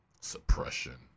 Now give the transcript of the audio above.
suppression